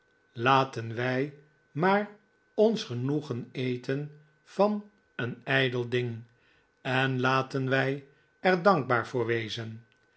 laten wij maar ons genoegen eten van een ijdel s ding en laten wij er dankbaar voor wezen